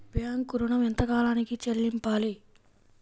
Bank ఋణం ఎంత కాలానికి చెల్లింపాలి?